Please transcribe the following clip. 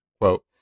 quote